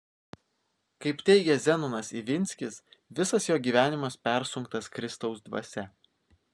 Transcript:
kaip teigia zenonas ivinskis visas jo gyvenimas persunktas kristaus dvasia